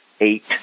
eight